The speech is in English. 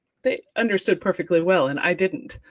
they understood perfectly well, and i didn't,